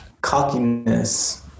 Cockiness